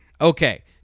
Okay